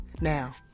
Now